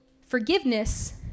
forgiveness